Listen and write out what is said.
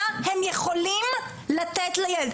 מה הם יכולים לתת לילד?